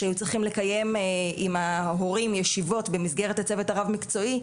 שצריכים לקיים עם ההורים ישיבות במסגרת הצוות הרב מקצועי,